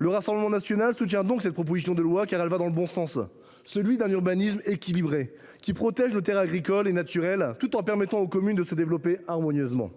Le Rassemblement national soutient donc cette proposition de loi, car elle va dans le bon sens : celui d’un urbanisme équilibré, qui protège nos terres agricoles et naturelles tout en permettant aux communes de se développer harmonieusement.